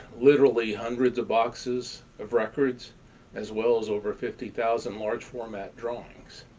literally, hundreds of boxes of records as well as over fifty thousand large format drawings.